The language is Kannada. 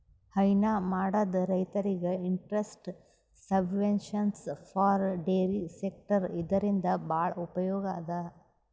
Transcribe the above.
ಹೈನಾ ಮಾಡದ್ ರೈತರಿಗ್ interest subvention for dairy sector ಇದರಿಂದ್ ಭಾಳ್ ಉಪಯೋಗ್ ಅದಾ